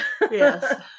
yes